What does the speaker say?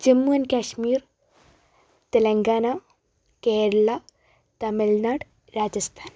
Jammu and Kashmir Telangana Kerala Tamil Nadu Rajasthan